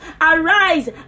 Arise